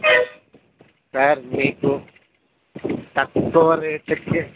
sir మీకు తక్కువ రేటుకే